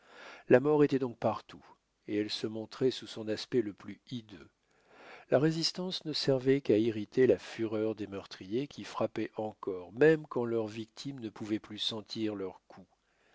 la mort était donc partout et elle se montrait sous son aspect le plus hideux la résistance ne servait qu'à irriter la fureur des meurtriers qui frappaient encore même quand leur victime ne pouvait plus sentir leurs